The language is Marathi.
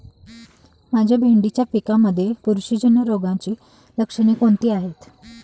माझ्या भेंडीच्या पिकामध्ये बुरशीजन्य रोगाची लक्षणे कोणती आहेत?